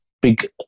big